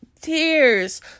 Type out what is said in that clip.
tears